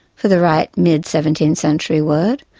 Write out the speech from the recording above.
for the right mid seventeenth century word,